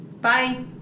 Bye